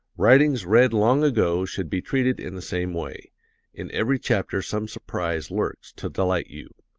writings read long ago should be treated in the same way in every chapter some surprise lurks to delight you.